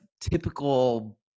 typical